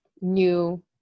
new